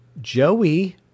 Joey